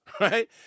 right